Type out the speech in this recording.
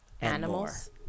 Animals